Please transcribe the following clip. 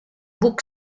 buc